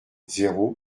zéro